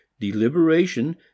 deliberation